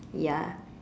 ya